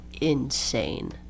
insane